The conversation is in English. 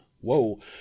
whoa